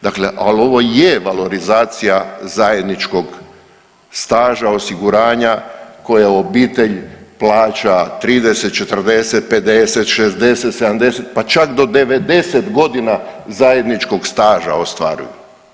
Dakle, ali ovo je valorizacija zajedničkog staža osiguranja koju obitelj plaća 30, 40, 50, 60, 70, pa čak do 90 godina zajedničkog staža ostvaruju.